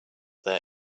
their